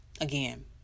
again